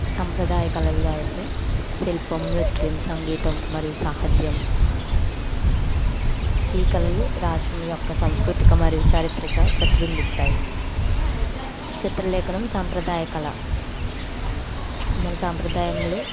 సంప్రదాయ కళల్లో అయితే శిల్పం నృత్యం సంగీతం మరియు సాహిత్యం ఈ కళలు రాష్ట్రం యొక్క సంస్కృతిక మరియు చారిత్రక ప్రతిబింబిస్తాయి చిత్రలేఖనం సంప్రదాయ కళ మన సాంప్రదాయంలో